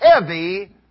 heavy